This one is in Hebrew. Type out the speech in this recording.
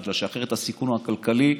בגלל שאחרת הסיכון הוא כלכלי,